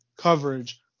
coverage